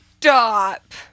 Stop